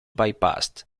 bypassed